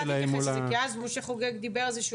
אתה תייחס לזה כי אז משה חוגג דיבר על זה שהוא